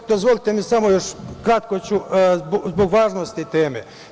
Dozvolite mi još samo, kratko ću, zbog važnosti teme.